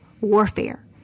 warfare